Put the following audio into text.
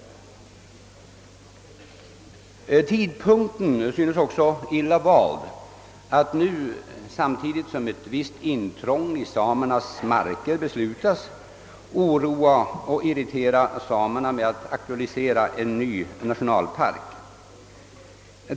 Tidpunkten synes också vara illa vald att nu, samtidigt som ett visst intrång i samernas marker beslutas, oroa och irritera dessa med att väcka frågan om en ny nationalpark.